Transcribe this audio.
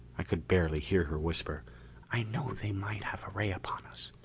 i could barely hear her whisper i know they might have a ray upon us.